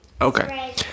Okay